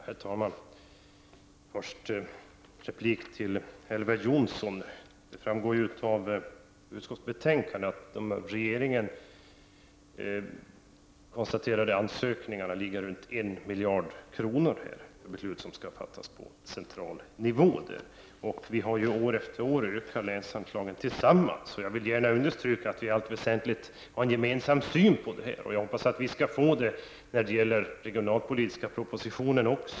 Herr talman! Först en replik till Elver Jonsson. Det framgår ju av utskottsbetänkandet att regeringen har konstaterat att ansökningarna upgår till omkring 1 miljard kronor, och besluten skall fattas på central nivå. Vi har tillsammans år efter år ökat länsanslagen. Jag vill understryka att vi i allt väsentligt har en gemensam syn på denna fråga, och jag hoppas att vi skall få det också när det gäller den regionalpolitiska propositionen.